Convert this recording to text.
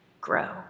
grow